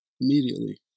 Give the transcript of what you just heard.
immediately